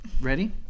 Ready